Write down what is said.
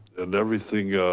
and everything,